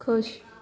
ਖੁਸ਼